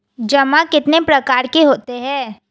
जमा कितने प्रकार के होते हैं?